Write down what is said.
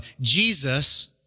Jesus